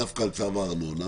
דווקא על צו הארנונה,